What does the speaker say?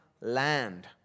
land